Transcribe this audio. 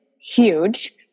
huge